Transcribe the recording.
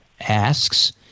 Asks